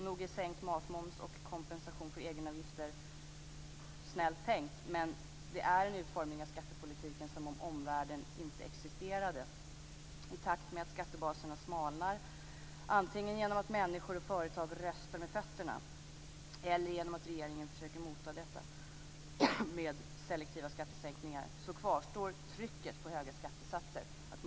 Nog är sänkt matmoms och kompensation för egenavgifter snällt tänkt, men det är en utformning av skattepolitiken som om omvärlden inte existerade. Samtidigt som skattebaserna smalnar, antingen genom att människor och företag röstar med fötterna eller genom att regeringen försöker mota detta med selektiva skattesänkningar, kvarstår trycket på höga skattesatser.